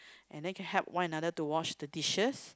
and then can help one another to wash the dishes